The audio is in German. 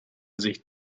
sich